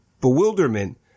bewilderment